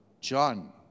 John